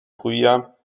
frühjahr